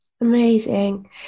Amazing